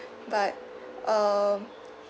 but um